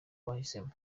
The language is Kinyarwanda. wahisemo